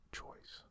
choice